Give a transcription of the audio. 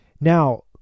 now